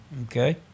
Okay